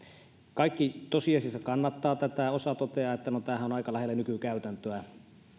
kaikki tosiasiassa kannattavat tätä osa toteaa että no tämähän on aika lähellä nykykäytäntöä